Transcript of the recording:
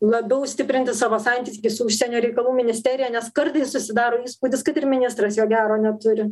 labiau stiprinti savo santykį su užsienio reikalų ministerija nes kartais susidaro įspūdis kad ir ministras jo gero neturi